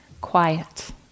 quiet